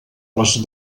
les